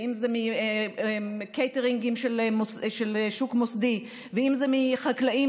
אם זה מקייטרינג של שוק מוסדי ואם זה מחקלאים